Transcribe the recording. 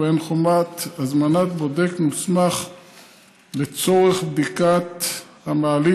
ובהן חובת הזמנת בודק מוסמך לצורך ביצוע בדיקות למעלית,